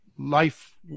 life